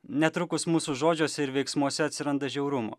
netrukus mūsų žodžiuose ir veiksmuose atsiranda žiaurumo